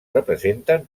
representen